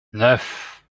neuf